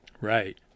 Right